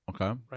Okay